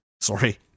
Sorry